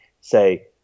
say